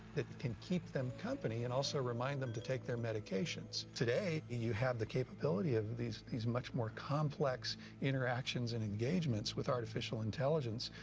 that can keep them company and also remind them to take their medications. today you have the capability of these these much more complex interactions and engagements with artificial intelligence,